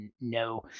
no